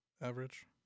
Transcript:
average